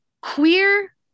Queer